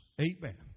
amen